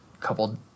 couple